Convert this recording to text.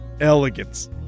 elegance